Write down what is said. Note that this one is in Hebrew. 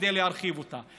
כדי להרחיב אותה.